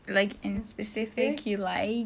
like in specific you like